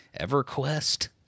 EverQuest